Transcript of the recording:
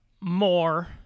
More